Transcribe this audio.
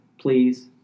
please